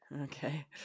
Okay